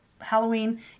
Halloween